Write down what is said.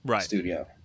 studio